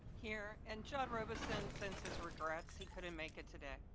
here. and john robison sends his regrets. he couldn't make it today.